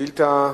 שאילתות.